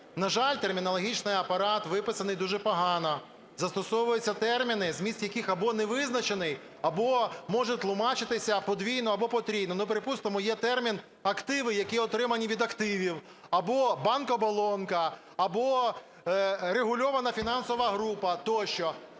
На жаль, термінологічний апарат виписаний дуже погано, застосовуються терміни, зміст яких або не визначений, або може тлумачитися подвійно або потрійно. Ну, припустимо, є термін "активи, які отримані від активів" або "банк-оболонка", або "регульована фінансова група" тощо.